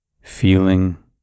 feeling